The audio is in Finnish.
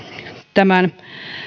tämän